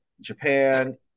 japan